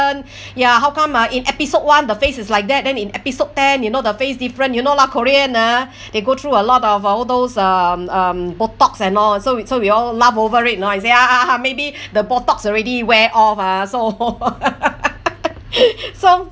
ya how come ah in episode one the face is like that then in episode ten you know the face different you know lah korean ah they go through a lot of all those um um botox and all so we so we all laugh over it you know we say ah maybe the botox already wear off ah so so